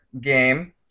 game